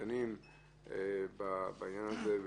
דנים בעניין הזה,